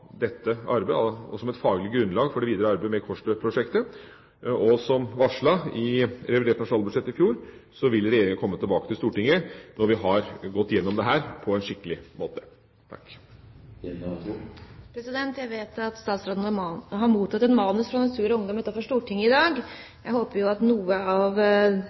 dette arbeidet og som et faglig grunnlag for det videre arbeidet med Kårstø-prosjektet. Som varslet i revidert nasjonalbudsjett i fjor vil Regjeringa komme tilbake til Stortinget når vi har gått igjennom dette på en skikkelig måte. Jeg vet at statsråden mottok et manus fra Natur og Ungdom utenfor Stortinget i dag. Jeg håper at noe av